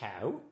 cow